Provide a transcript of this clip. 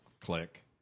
click